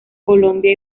colombia